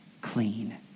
clean